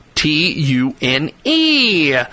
T-U-N-E